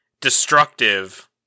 destructive